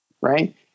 Right